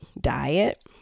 diet